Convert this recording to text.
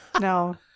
No